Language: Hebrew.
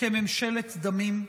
כממשלת דמים?